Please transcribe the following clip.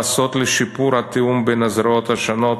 לעשות לשיפור התיאום בין הזרועות השונות